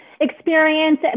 experience